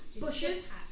Bushes